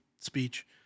speech